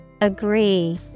Agree